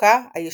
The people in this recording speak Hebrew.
התשוקה הישנה”.